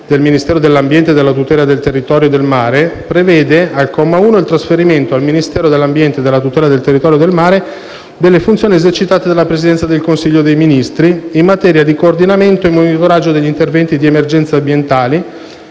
del Ministero dell'ambiente e della tutela del territorio e del mare, prevede, al comma 1, il trasferimento al Ministero dell'ambiente e della tutela del territorio e del mare delle funzioni esercitate dalla Presidenza del Consiglio dei ministri in materia di coordinamento e monitoraggio degli interventi di emergenza ambientale,